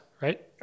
right